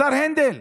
השר הנדל,